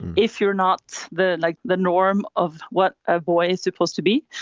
if you're not the like the norm of what a boy is supposed to be.